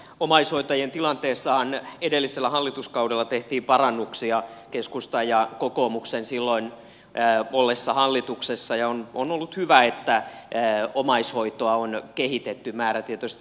omaishoitajien tilanteessahan edellisellä hallituskaudella tehtiin parannuksia keskustan ja kokoomuksen silloin ollessa hallituksessa ja on ollut hyvä että omaishoitoa on kehitetty määrätietoisesti